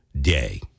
Day